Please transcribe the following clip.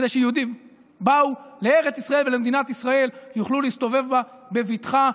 כדי שיהודים שבאו לארץ ישראל ולמדינת ישראל יוכלו להסתובב בה בבטחה,